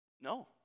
No